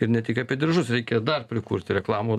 ir ne tik apie diržus reikia dar prikurti reklamų